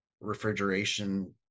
refrigeration